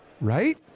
right